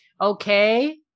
okay